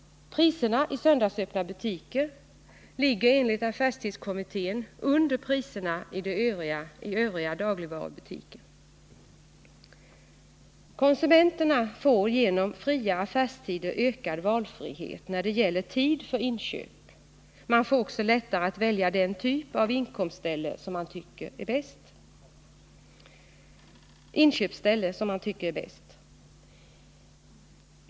Priserna i söndagsöppna butiker ligger enligt affärstidskommittén under priserna i övriga dagligvarubutiker. Konsumenterna får genom fria affärstider ökad valfrihet när det gäller tid för inköp. Man får också lättare att välja den typ av inköpsställe som man tycker är bäst.